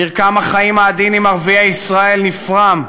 מרקם החיים העדין עם ערביי ישראל נפרם,